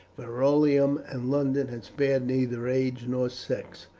verulamium, and london had spared neither age nor sex.